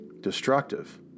destructive